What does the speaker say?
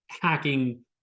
hacking